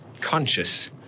conscious